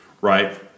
right